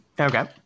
Okay